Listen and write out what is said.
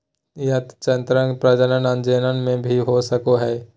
चयनात्मक प्रजनन अनजाने में भी हो सको हइ